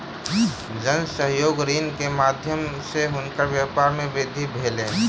जन सहयोग ऋण के माध्यम सॅ हुनकर व्यापार मे वृद्धि भेलैन